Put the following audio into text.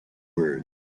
birds